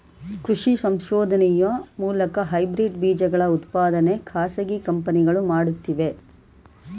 ಕೃಷಿ ಸಂಶೋಧನೆಯ ಮೂಲಕ ಹೈಬ್ರಿಡ್ ಬೀಜಗಳ ಉತ್ಪಾದನೆ ಖಾಸಗಿ ಕಂಪನಿಗಳು ಮಾಡುತ್ತಿವೆ